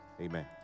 Amen